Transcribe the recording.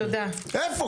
איפה?